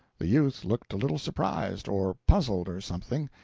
the youth looked a little surprised, or puzzled, or something,